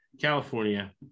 California